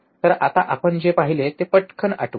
तर आता आपण जे पाहिले ते पटकन आठवूया